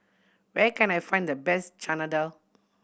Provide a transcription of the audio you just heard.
where can I find the best Chana Dal